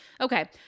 Okay